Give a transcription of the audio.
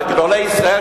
וגדולי ישראל,